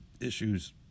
issues